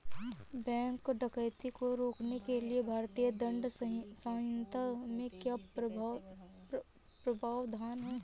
bank डकैती को रोकने के लिए भारतीय दंड संहिता में क्या प्रावधान है